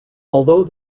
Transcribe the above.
although